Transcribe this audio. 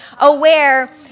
aware